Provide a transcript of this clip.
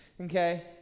okay